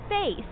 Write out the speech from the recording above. space